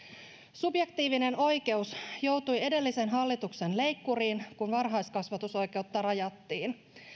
subjektiivinen oikeus joutui edellisen hallituksen leikkuriin kun varhaiskasvatusoikeutta rajattiin